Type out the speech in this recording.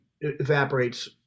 evaporates